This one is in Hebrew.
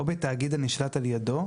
או בתאגיד הנשלט על ידו,